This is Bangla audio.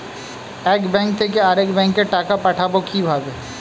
এক ব্যাংক থেকে আরেক ব্যাংকে টাকা পাঠাবো কিভাবে?